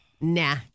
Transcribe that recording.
nah